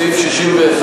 סעיף 61,